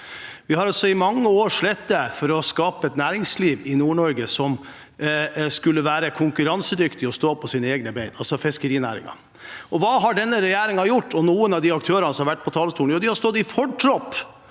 Vi har i mange år slitt for å skape et næringsliv i Nord-Norge som skulle være konkurransedyktig og stå på sine egne ben, altså fiskerinæringen. Hva har denne regjeringen gjort – og noen av de aktørene som har vært på talerstolen nå? Jo, de har stått i fortroppen